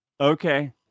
Okay